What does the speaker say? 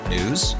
News